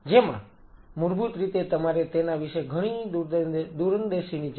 જેમાં મૂળભૂત રીતે તમારે તેના વિશે ઘણી દૂરંદેશીની જરૂર છે